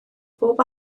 bob